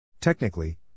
Technically